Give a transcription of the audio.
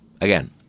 Again